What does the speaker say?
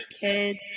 kids